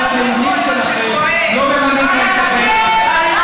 אבל הנאומים שלכם לא מממנים להם את הבטן.